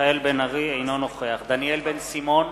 אינו נוכח דניאל בן-סימון,